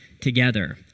together